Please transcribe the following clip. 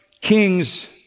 kings